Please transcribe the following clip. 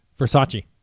Versace